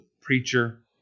preacher